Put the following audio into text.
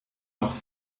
noch